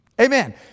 Amen